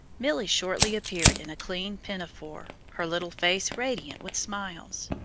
milly shortly appeared in a clean pinafore, her little face radiant with smiles.